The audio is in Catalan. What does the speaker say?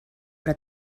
però